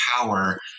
power